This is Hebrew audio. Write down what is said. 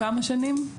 כמה שנים?